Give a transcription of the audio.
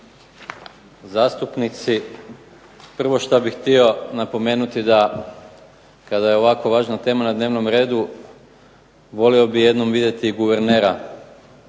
Hvala. Dame